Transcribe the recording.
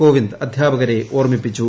കോവിന്ദ് അധ്യാപകരെ ഓർമ്മിപ്പിച്ചു